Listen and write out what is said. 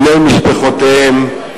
בני משפחותיהם,